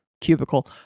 cubicle